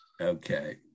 Okay